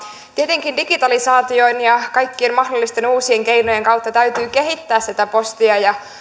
tietenkin digitalisaation ja kaikkien mahdollisten uusien keinojen kautta täytyy kehittää postia